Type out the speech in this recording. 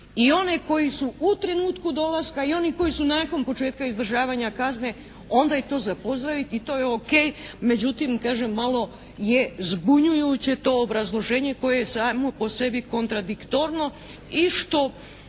i one koji su u trenutku dolaska i koji su nakon početka izdržavanja kazne, onda je to za pozdraviti i to je ok, međutim kažem malo je zbunjujuće to obrazloženje koje je samo po sebi kontradiktorno i što